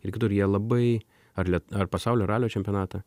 ir kitur jie labai ar lie ar pasaulio ralio čempionatą